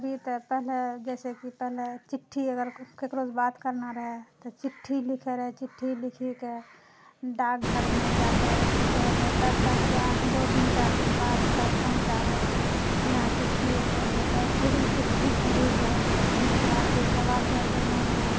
अभी तऽ पहिले जैसे कि तऽ पहिले चिट्ठी अगर केकरोसँ बात करनाइ रहए तऽ चिट्ठी लिखैत रहए चिट्ठी लिखी कऽ डाक घरमे जाकऽ दए रहए तब डाकिया दो दिन चारि दिन बाद तब पहुँचाबै कि हाँ चिट्ठी ऐलो छै तऽ फिर ओ छिट्ठी पढ़िकऽ जेकरा फिर जवाब दए कऽ मोन रहए